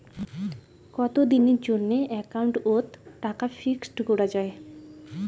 কতদিনের জন্যে একাউন্ট ওত টাকা ফিক্সড করা যায়?